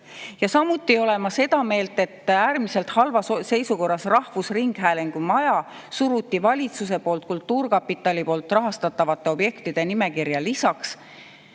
Samuti olen seda meelt, et kui äärmiselt halvas seisukorras olev rahvusringhäälingu maja suruti valitsuse kultuurkapitali rahastatavate objektide nimekirja lisaks,